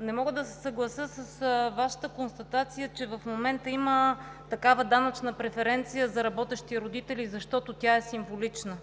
не мога да се съглася с Вашата констатация, че в момента има такава данъчна преференция за работещи родители, защото тя е символична.